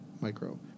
micro